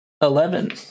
Eleven